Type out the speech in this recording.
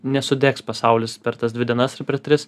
nesudegs pasaulis per tas dvi dienas ar per tris